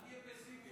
אל תהיה פסימי,